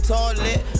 Toilet